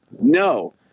No